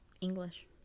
english